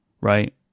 right